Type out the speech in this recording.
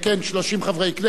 30 חברי כנסת,